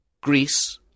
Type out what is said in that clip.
Greece